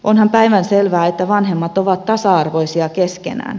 onhan päivänselvää että vanhemmat ovat tasa arvoisia keskenään